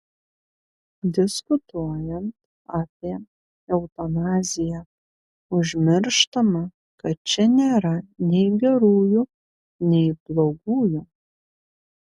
diskutuojant apie eutanaziją užmirštama kad čia nėra nei gerųjų nei blogųjų